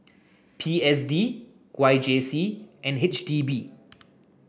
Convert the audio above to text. P S D Y J C and H D B